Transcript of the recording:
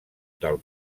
del